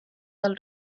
del